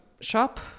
shop